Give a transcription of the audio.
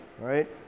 right